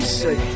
say